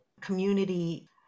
community